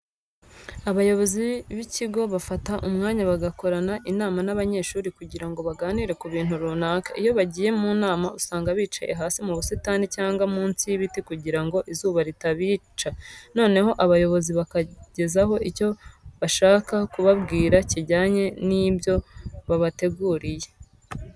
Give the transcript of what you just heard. Abayobozi b'ikigo bafata umwanya bagakorana inama n'abanyeshuri kugira ngo baganire ku bintu runaka. Iyo bagiye mu nama usanga bicaye hasi mu busitani cyangwa munsi y'ibiti kugira ngo izuba ritabica, noneho abayobozi bakabagezaho icyo bashakaga kubabwira kijyanye n'ibyo babateguriye.